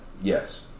Yes